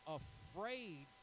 afraid